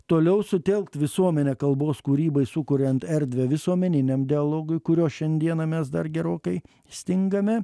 toliau sutelkt visuomenę kalbos kūrybai sukuriant erdvę visuomeniniam dialogui kurio šiandieną mes dar gerokai stingame